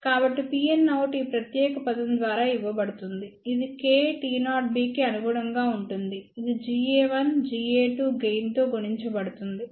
కాబట్టి Pnout ఈ ప్రత్యేక పదం ద్వారా ఇవ్వబడుతుంది ఇది kT0B కి అనుగుణంగా ఉంటుంది ఇది Ga1Ga2గెయిన్తోగుణించబడుతుంది